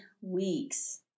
weeks